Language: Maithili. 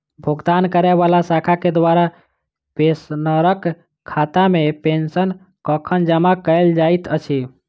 भुगतान करै वला शाखा केँ द्वारा पेंशनरक खातामे पेंशन कखन जमा कैल जाइत अछि